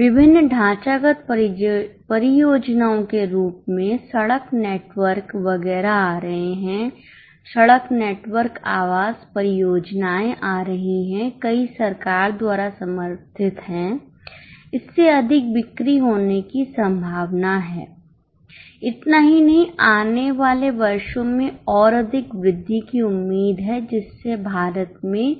विभिन्न ढांचागत परियोजनाओं के रूप में सड़क नेटवर्क वगैरह आ रहे हैं सड़क नेटवर्क आवास परियोजनाएं आ रही हैं कई सरकार द्वारा समर्थित हैं इससे अधिक बिक्री होने की संभावना है इतना ही नहीं आने वाले वर्षों में और अधिक वृद्धि की उम्मीद है जिससे भारत में